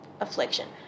affliction